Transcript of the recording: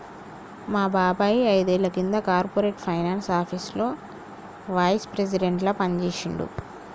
మా బాబాయ్ ఐదేండ్ల కింద కార్పొరేట్ ఫైనాన్స్ ఆపీసులో వైస్ ప్రెసిడెంట్గా పనిజేశిండు